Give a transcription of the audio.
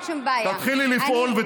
אז תתחילי לפעול, בבקשה.